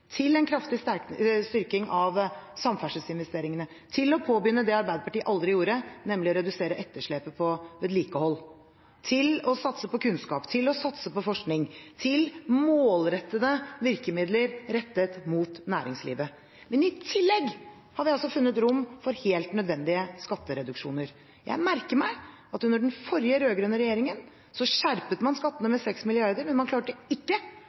til en kraftig styrking av samferdselsinvesteringene, til å påbegynne det Arbeiderpartiet aldri gjorde, nemlig å redusere etterslepet på vedlikehold, til å satse på kunnskap, til å satse på forskning, til målrettede virkemidler rettet mot næringslivet. Men i tillegg har vi altså funnet rom for helt nødvendige skattereduksjoner. Jeg merker meg at under den forrige rød-grønne regjeringen skjerpet man skattene med 6 mrd. kr, men man klarte ikke